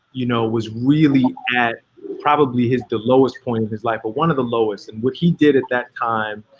you know, was really at probably is the lowest point of his life, but one of the lowest and what he did at that time,